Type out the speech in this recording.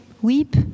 weep